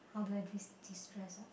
how do I de~ destress ah